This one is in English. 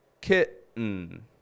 Kitten